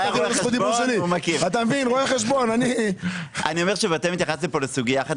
אני אומר שאתם התייחסתם פה לסוגייה אחת,